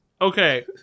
Okay